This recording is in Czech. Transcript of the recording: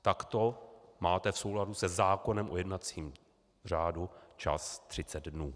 Takto máte v souladu se zákonem o jednacím řádu čas 30 dnů.